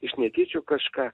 iš netyčių kažką